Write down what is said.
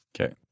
Okay